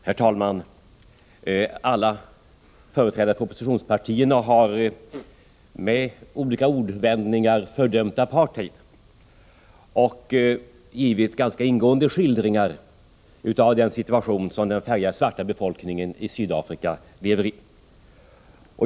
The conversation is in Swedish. Herr talman! Alla företrädare för oppositionspartierna har med olika ordvändningar fördömt apartheid och givit ganska ingående skildringar av den situation som den färgade och svarta befolkningen i Sydafrika lever i.